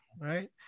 right